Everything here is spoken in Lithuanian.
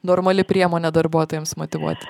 normali priemonė darbuotojams motyvuoti